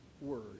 word